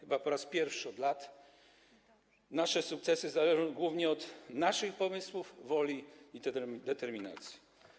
Chyba po raz pierwszy od lat nasze sukcesy zależą głównie od naszych pomysłów, woli i determinacji.